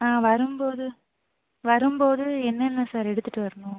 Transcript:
ஆ வரும்போது வரும்போது என்னென்ன சார் எடுத்துகிட்டு வரணும்